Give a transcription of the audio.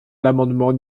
l’amendement